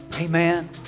amen